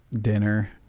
dinner